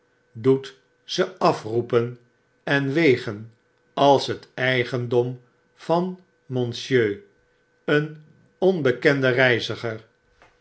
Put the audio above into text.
doet ze afroepen en wegen als het eigendom van monsieur een onbekenden reiziger